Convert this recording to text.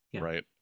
right